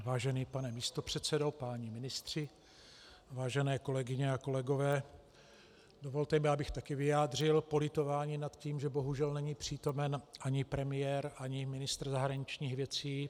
Vážený pane místopředsedo, páni ministři, vážené kolegyně a kolegové, dovolte mi, abych také vyjádřil politování nad tím, že bohužel není přítomen ani premiér, ani ministr zahraničních věcí.